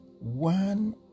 one